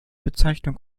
bezeichnung